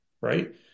right